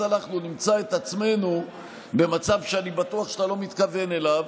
אז אנחנו נמצא את עצמנו במצב שאני בטוח שאתה לא מתכוון אליו,